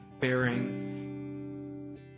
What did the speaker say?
bearing